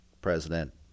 president